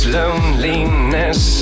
loneliness